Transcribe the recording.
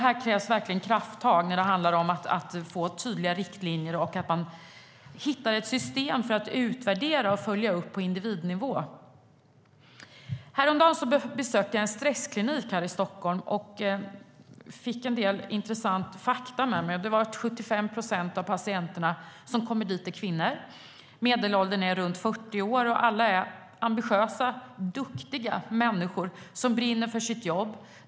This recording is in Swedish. Det krävs krafttag för att få tydliga riktlinjer och hitta ett system för att utvärdera och följa upp på individnivå. Häromdagen besökte jag en stressklinik här i Stockholm och fick med mig en del intressanta fakta. Det var bland annat att 75 procent av patienterna som kommer dit är kvinnor, medelåldern är runt 40 år och alla är ambitiösa, duktiga människor som brinner för sina jobb.